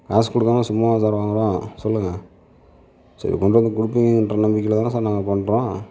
காசு கொடுக்காம சும்மாவா சார் வாங்கிறோம் சொல்லுங்க சரி கொண்டு வந்து கொடுப்பீங்ன்ற நம்பிக்கையில் தானே சார் நாங்கள் பண்ணுறோம்